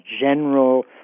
general